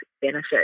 benefit